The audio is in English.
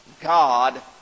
God